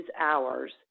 hours